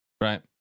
Right